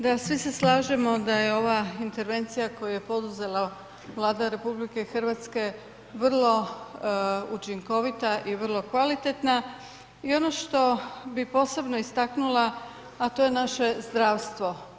Da, svi se slažemo da je ova intervencija koju je poduzela Vlada RH vrlo učinkovita i vrlo kvalitetna i ono što bi posebno istaknula, a to je naše zdravstvo.